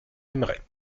aimerait